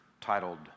titled